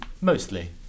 mostly